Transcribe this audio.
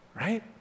right